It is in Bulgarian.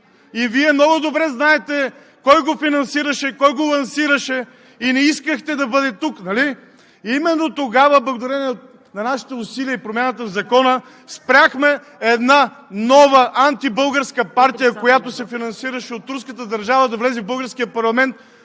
Вие много добре знаете кой го финансираше, кой го лансираше и не искахте да бъде тук, нали? Именно тогава, благодарение на нашите усилия и промяната в Закона, спряхме една нова антибългарска партия, която се финансираше от турската държава, да влезе в българския парламент